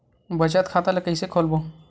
बचत खता ल कइसे खोलबों?